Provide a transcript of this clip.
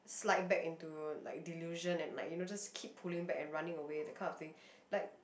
slide back into like delusion and like you know just keep pulling back and running away that kind of thing like